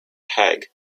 peg